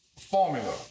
formula